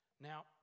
Now